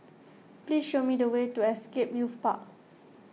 please show me the way to Scape Youth Park